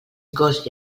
gos